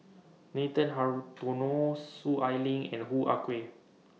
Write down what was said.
Nathan Hartono Soon Ai Ling and Hoo Ah Kay